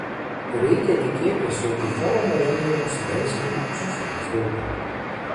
reikia tikėtis jog į forumo renginius verslininkų susirinks daugiau